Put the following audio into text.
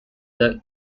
the